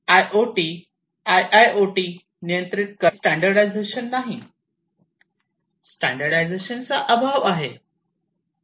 IoT IIoT नियंत्रित करणारे standardisation नाही स्टँडर्डायझेशनचा अभाव आहे